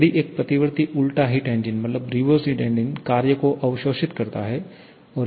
और यदि एक प्रतिवर्ती उल्टा हिट इंजन कार्य को अवशोषित करता है